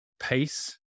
pace